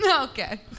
Okay